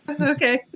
okay